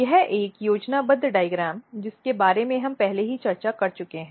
यह एक योजनाबद्ध डायग्राम जिसके बारे में हम पहले ही चर्चा कर चुके हैं